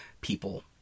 people